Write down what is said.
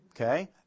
Okay